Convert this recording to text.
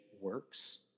works